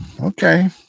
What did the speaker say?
Okay